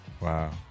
Wow